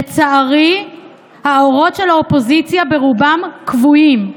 לצערי, האורות של האופוזיציה ברובם כבויים.